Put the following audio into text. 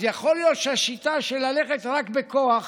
אז יכול להיות שהשיטה של ללכת רק בכוח